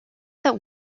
that